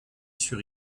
sur